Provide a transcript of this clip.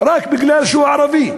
רק מפני שהוא ערבי.